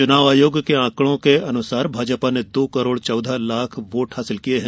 चुनाव आयोग के आकड़ों के अनुसार भाजपा ने दो करोड़ चौदह लाख वोट हासिल किये हैं